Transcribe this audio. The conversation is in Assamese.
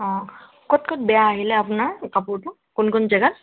অ ক'ত ক'ত বেয়া আহিলে আপোনাৰ কাপোৰটো কোন কোন জেগাত